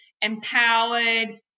empowered